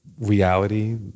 reality